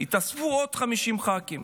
התווספו עוד 50 ח"כים.